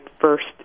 first